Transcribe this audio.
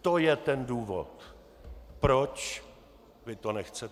To je ten důvod, proč vy to nechcete.